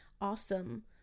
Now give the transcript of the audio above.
awesome